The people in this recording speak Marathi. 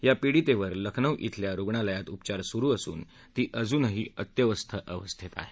या पिडीतेवर लखनऊ इथल्या रुग्णालयात उपचार सुरु असून ती अजूनही अत्यवस्थ अवस्थेत आहे